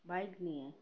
bike নিয়ে